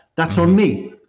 that's on me.